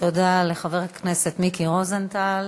תודה לחבר הכנסת מיקי רוזנטל.